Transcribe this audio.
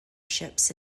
ships